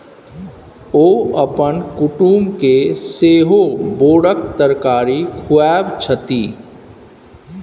ओ अपन कुटुमके सेहो बोराक तरकारी खुआबै छथि